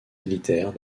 militaire